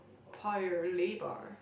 Paya-Lebar